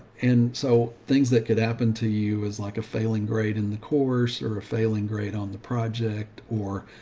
and so things that could happen to you as like a failing grade in the course, or a failing grade on the project, or,